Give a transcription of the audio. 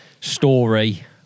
story